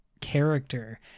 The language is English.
character